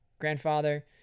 Grandfather